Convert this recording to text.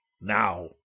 Now